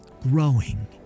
growing